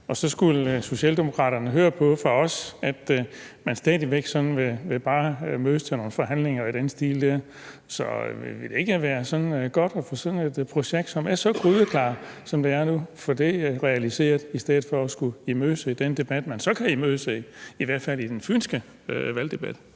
og Socialdemokraterne så skal høre fra os, at man stadig væk bare vil mødes til nogle forhandlinger eller noget i den stil? Så ville det ikke være godt at få sådan et projekt, som er så grydeklart, som det er nu, realiseret i stedet for at skulle imødese den debat, man så kan imødese – i hvert fald i den fynske valgdebat